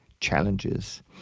challenges